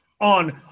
on